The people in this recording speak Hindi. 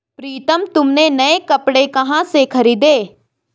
प्रितम तुमने नए कपड़े कहां से खरीदें?